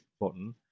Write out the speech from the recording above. button